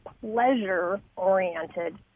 pleasure-oriented